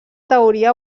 teoria